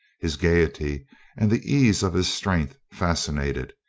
his gaiety and the ease of his strength fascinated.